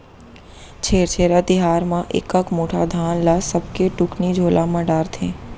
छेरछेरा तिहार म एकक मुठा धान ल सबके टुकनी झोला म डारथे